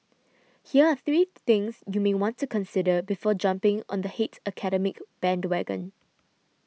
here are three things you may want to consider before jumping on the hate academic bandwagon